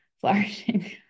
flourishing